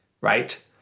right